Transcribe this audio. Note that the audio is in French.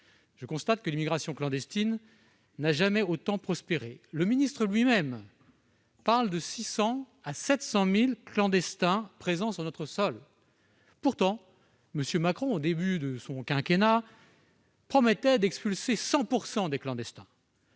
Je constate que l'immigration clandestine n'a jamais autant prospéré. Le ministre lui-même parle de 600 000 à 700 000 clandestins présents sur notre sol. Pourtant, M. Emmanuel Macron, au début de son quinquennat, promettait d'expulser 100 % des clandestins.